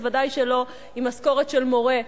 ודאי שלא עם משכורת של מורה,